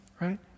right